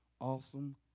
awesome